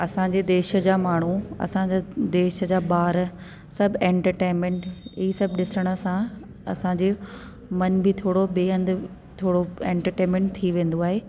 असांजे देश जा माण्हू असांजा देश जा ॿार सभु एंटरटेनमेंट इहे सभ ॾिसण सां असांजे मन बि थोरो ॿिए हंधि थोरो एंटरटेनमेंट थी वेंदो आहे